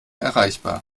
erreichbar